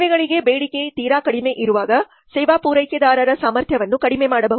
ಸೇವೆಗಳಿಗೆ ಬೇಡಿಕೆ ತೀರಾ ಕಡಿಮೆ ಇರುವಾಗ ಸೇವಾ ಪೂರೈಕೆದಾರರ ಸಾಮರ್ಥ್ಯವನ್ನು ಕಡಿಮೆ ಮಾಡಬಹುದು